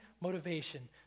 motivation